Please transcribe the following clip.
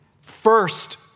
First